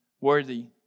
worthy